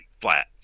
flat